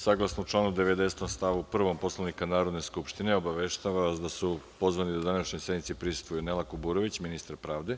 Saglasno članu 90. stav 1. Poslovnika Narodne skupštine, obaveštavam vas da su pozvani da današnjoj sednici prisustvuju: Nela Kuburović, ministar pravde,